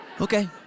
okay